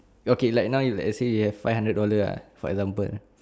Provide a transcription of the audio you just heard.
okay like now you let say you have five hundred dollar ah for example